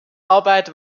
arbeit